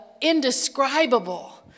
indescribable